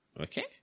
Okay